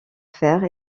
faire